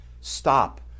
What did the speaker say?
Stop